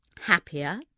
Happier